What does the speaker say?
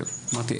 אמרתי,